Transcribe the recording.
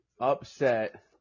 Upset